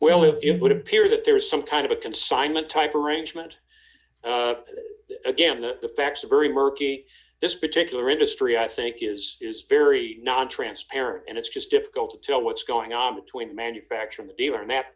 well it would appear that there is some kind of a consignment type arrangement that again that the facts are very murky this particular industry i think is is very nontransparent and it's just difficult to know what's going on between manufacture of the dealer n